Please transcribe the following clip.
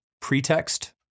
pretext